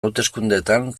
hauteskundeetan